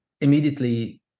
immediately